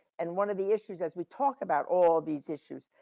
and one of the issues as we talk about all these issues,